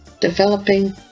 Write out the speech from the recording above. developing